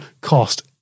cost